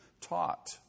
taught